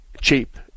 cheap